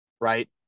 right